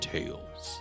Tales